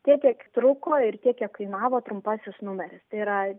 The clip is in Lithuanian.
tiek kiek truko ir tiek kiek kainavo trumpasis numeris tai yra